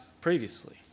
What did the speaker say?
previously